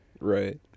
Right